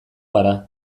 gara